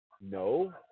No